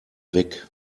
weg